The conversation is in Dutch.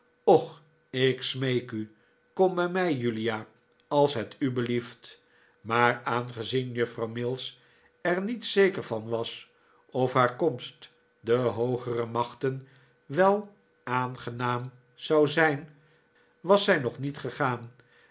och ik smeek u kom bij mij julia als het u belieft maar aangezien juffrouw mills er niet zeker van was of haar komst de hoogere machten wel aangenaam zou zijn was zij nog niet gegaan